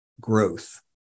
growth